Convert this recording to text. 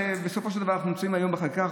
בסופו של דבר אנחנו נמצאים היום בחקיקה,